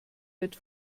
wird